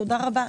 תודה רבה.